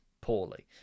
poorly